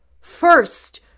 First